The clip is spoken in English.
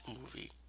movie